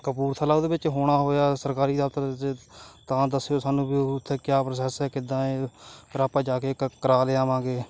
ਕਪੂਰਥਲਾ ਦੇ ਵਿੱਚ ਹੋਣਾ ਹੋਇਆ ਸਰਕਾਰੀ ਦਫ਼ਤਰ 'ਚ ਤਾਂ ਦੱਸਿਓ ਸਾਨੂੰ ਵੀ ਉੱਥੇ ਕਿਆ ਪ੍ਰੋਸੈਸ ਹੈ ਕਿੱਦਾਂ ਏ ਫਿਰ ਆਪਾਂ ਜਾ ਕੇ ਕਰ ਕਰਵਾ ਲਿਆਵਾਂਗੇ